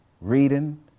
reading